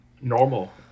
normal